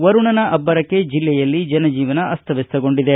ವರುಣನ ಅಬ್ಬರಕ್ಕೆ ಜಿಲ್ಲೆಯಲ್ಲಿ ಜನಜೀವನ ಅಸ್ತಮ್ಯಸ್ತಗೊಂಡಿದೆ